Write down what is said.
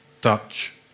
Dutch